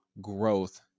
growth